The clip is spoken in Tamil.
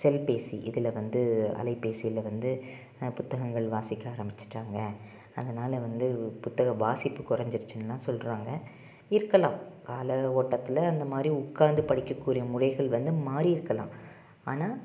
செல்பேசி இதில் வந்து அலைபேசியில் வந்து புத்தகங்கள் வாசிக்க ஆரம்பித்துட்டாங்க அதனால் வந்து புத்தக வாசிப்பு குறஞ்சிருச்சின்லாம் சொல்கிறாங்க இருக்கலாம் கால ஓட்டத்தில் அந்தமாதிரி உட்காந்து படிக்கக்கூடிய முறைகள் வந்து மாறிருக்கலாம் ஆனால்